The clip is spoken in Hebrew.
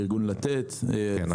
עם ארגון "לתת" -- כן,